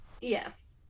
Yes